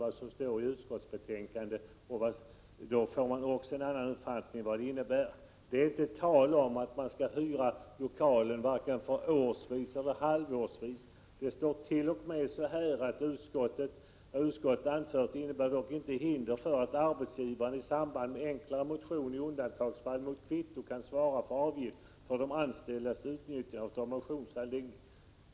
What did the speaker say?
I utskottsbetänkandet är det inte tal om att hyra lokal vare sig årsvis eller halvårsvis. Utskottet skriver t.o.m. så här: ”Vad utskottet nu anfört innebär dock inte hinder för att arbetsgivaren i samband med enklare motion i undantagsfall mot kvitto kan svara för avgift för de anställdas utnyttjande av motionsanläggning.